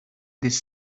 this